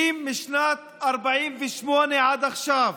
אם משנת 48' עד עכשיו